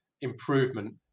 improvement